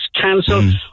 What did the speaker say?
cancelled